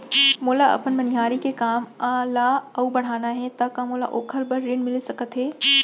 मोला अपन मनिहारी के काम ला अऊ बढ़ाना हे त का मोला ओखर बर ऋण मिलिस सकत हे?